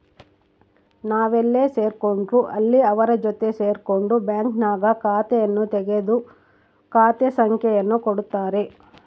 ನಾವೆಲ್ಲೇ ಸೇರ್ಕೊಂಡ್ರು ಅಲ್ಲಿ ಅವರ ಜೊತೆ ಸೇರ್ಕೊಂಡು ಬ್ಯಾಂಕ್ನಾಗ ಖಾತೆಯನ್ನು ತೆಗೆದು ಖಾತೆ ಸಂಖ್ಯೆಯನ್ನು ಕೊಡುತ್ತಾರೆ